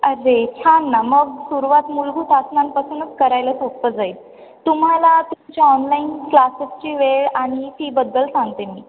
अरे छान ना मग सुरुवात मूलभूत असनांपासूनच करायला सोपं जाईल तुम्हाला तुमच्या ऑनलाईन क्लासेसची वेळ आणि फीबद्दल सांगते मी